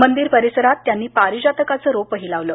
मंदिर परिसरात त्यांनी पारिजातकाचं रोप लावल